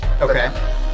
Okay